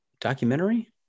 documentary